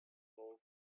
tall